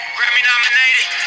Grammy-nominated